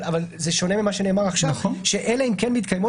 אבל זה שונה ממה שנאמר עכשיו: "אלא אם כן מתקיימות